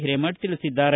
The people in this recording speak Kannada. ಹಿರೇಮಠ ತಿಳಿಸಿದ್ದಾರೆ